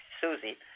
Susie